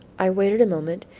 i waited a moment,